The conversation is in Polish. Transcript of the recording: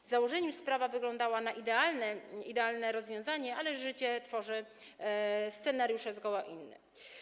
W założeniu sprawa wyglądała na idealne rozwiązanie, ale życie tworzy scenariusze zgoła inne.